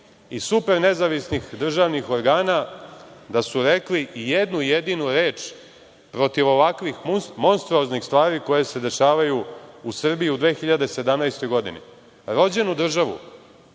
i super nezavisnih državnih organa da su rekli i jednu jedinu reč protiv ovakvih monstruoznih stvari koje se dešavaju u Srbiji u 2017. godini. Rođenu državu,